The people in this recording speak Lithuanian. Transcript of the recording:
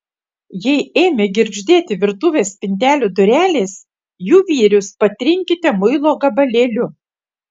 jei ėmė girgždėti virtuvės spintelių durelės jų vyrius patrinkite muilo gabalėliu